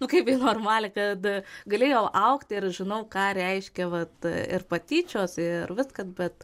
nu kaip į normalią kad galėjau augti ir žinau ką reiškia vat ir patyčios ir viskas bet